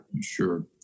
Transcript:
Sure